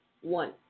One